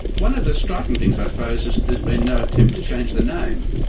one of the striking things, i suppose, is that there's been no attempt to change the name.